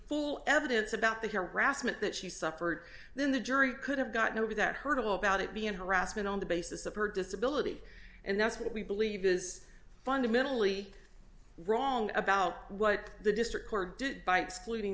full evidence about the harassment that she suffered then the jury could have gotten over that hurdle about it being harassment on the basis of her disability and that's what we believe is fundamentally wrong about what the district